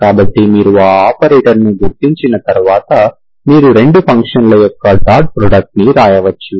కాబట్టి మీరు ఈ ఆపరేటర్ని గుర్తించిన తర్వాత మీరు 2 ఫంక్షన్ల యొక్క డాట్ ప్రోడక్ట్ ని వ్రాయవచ్చు